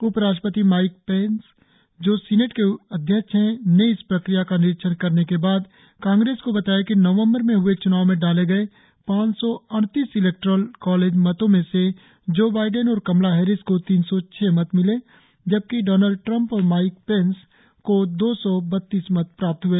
उपराष्ट्रपति Mike Pence जो senate के अध्यक्ष हैं ने इस प्रक्रिया का निरीक्षण करने के बाद कांग्रेस को बताया कि नवम्बर में हए च्नाव में डाले गए पांच सौ अड़तीस इलेक्टॉरल कालेज मतों में से जो बाइडेन और कमला हैरिस को तीन सौ छह मत मिले जबकि डॉनल्ड ट्रम्प और माइक पेंस को दो सौ बत्तीस मत प्राप्त हुए